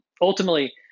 ultimately